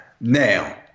now